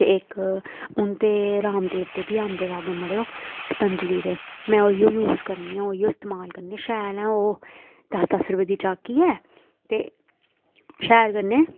इक हून ते रामदेव दी बी आंदे साबन मड़ेओ पतंजली दे में ओह् इयो यूज करनी आं ओह् ही इस्तमाल करनी शैल न ओह् दस दस रपेऽ दी झाकी ऐ ते शैल कन्नै